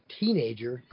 teenager